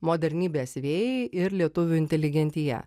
modernybės vėjai ir lietuvių inteligentija